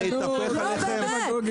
זה יתהפך עליכם.